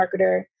marketer